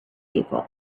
evil